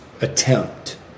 attempt